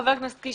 חבר הכנסת קיש,